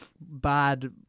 bad